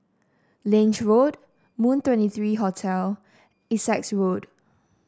Lange Road Moon Twenty three Hotel Essex Road